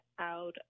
out